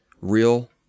Real